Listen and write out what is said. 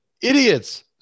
idiots